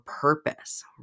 purpose